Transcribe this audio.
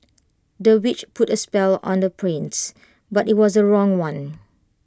the witch put A spell on the prince but IT was the wrong one